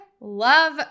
love